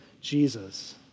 Jesus